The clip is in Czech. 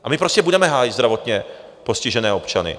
A my prostě budeme hájit zdravotně postižené občany.